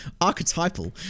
Archetypal